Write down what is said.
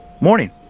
Morning